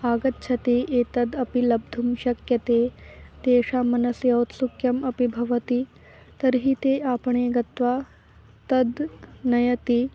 आगच्छति एतद् अपि लब्धुं शक्यते तेषां मनसि औत्सुक्यम् अपि भवति तर्हि ते आपणे गत्वा तद् नयति